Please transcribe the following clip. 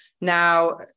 Now